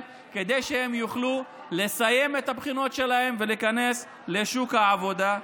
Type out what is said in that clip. כדי שהם יוכלו לסיים את הבחינות שלהם ולהיכנס לשוק העבודה.